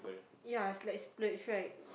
yeah it's like splurge right